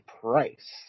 Price